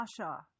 Asha